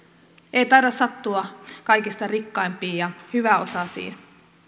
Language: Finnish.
ei taida sattua kaikista rikkaimpiin ja hyväosaisiin